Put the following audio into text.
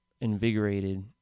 invigorated